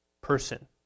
person